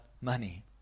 money